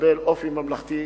יקבל אופי ממלכתי,